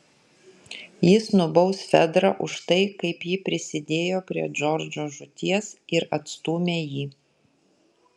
jis nubaus fedrą už tai kaip ji prisidėjo prie džordžo žūties ir atstūmė jį